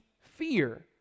fear